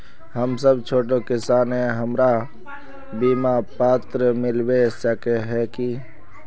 हम सब छोटो किसान है हमरा बिमा पात्र मिलबे सके है की?